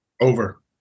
Over